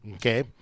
Okay